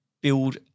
build